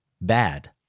bad